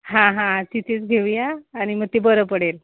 हां हां तिथेच घेऊया आणि मग ते बरं पडेल